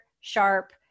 sharp